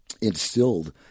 instilled